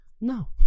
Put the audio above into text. No